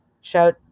shout